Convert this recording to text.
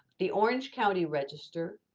the orange county register,